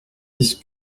dix